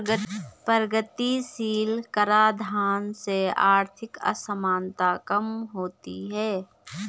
प्रगतिशील कराधान से आर्थिक असमानता कम होती है